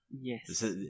yes